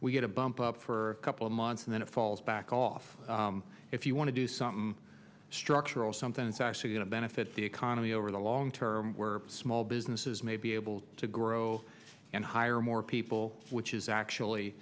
we get a bump up for a couple of months and then it falls back off if you want to do some structural something that's actually going to benefit the economy over the law long term we're small businesses may be able to grow and hire more people which is actually